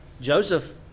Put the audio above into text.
Joseph